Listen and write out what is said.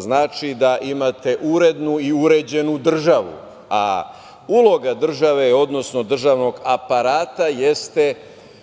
znači da imate urednu i uređenu državu, a uloga države odnosno državnog aparata jeste